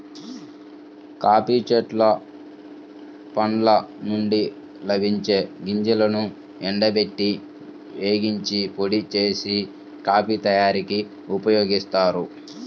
coffee చెట్ల పండ్ల నుండి లభించే గింజలను ఎండబెట్టి, వేగించి, పొడి చేసి, కాఫీ తయారీకి ఉపయోగిస్తారు